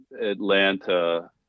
Atlanta